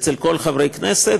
אצל כל חברי הכנסת.